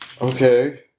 Okay